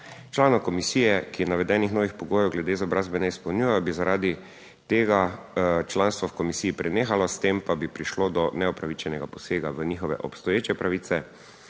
Članov komisije, ki navedenih novih pogojev glede izobrazbe ne izpolnjujejo, bi zaradi tega članstvo v komisiji prenehalo, s tem pa bi prišlo do neupravičenega posega v njihove obstoječe pravice,